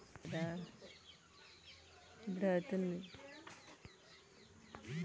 నాయినో రా రా, ఇయ్యిగో ముత్తాలు, గవ్వలు, విలువైన రాళ్ళు కూడా